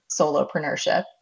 solopreneurship